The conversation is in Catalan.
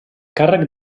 càrrec